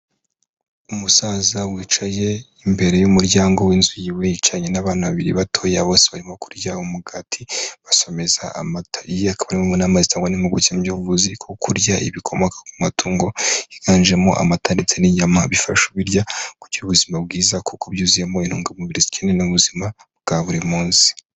Umusaza wicaye imbere y'umuryango w'inzu y'iwe, yicaranye n'abana babiri batoya bose barimo kurya umugati basomeza amata, iyi akaba ari imwe mu nama zitangwa n'impuguke mu by'ubuvuzi ko kurya ibikomoka ku matungo higanjemo amata ndetse n'inyama, bifasha ubirya kugira ubuzima bwiza kuko byuzuyemo intungamubiri zikenewe mu buzima bwa buri munsi.